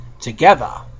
Together